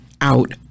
out